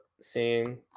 seeing